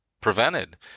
prevented